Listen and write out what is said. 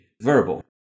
verbal